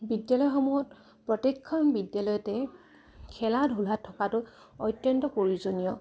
বিদ্যালয়সমূহত প্ৰত্যেকখন বিদ্যালয়তে খেলা ধূলা থকাটো অত্যন্ত প্ৰয়োজনীয়